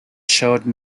showed